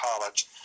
college